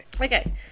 Okay